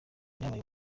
ibyabaye